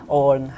on